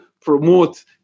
promote